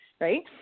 right